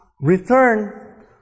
Return